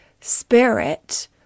spirit